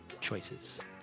choices